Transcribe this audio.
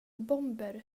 bomber